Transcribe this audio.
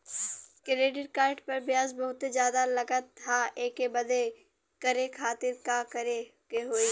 Credit card पर ब्याज बहुते ज्यादा लगत ह एके बंद करे खातिर का करे के होई?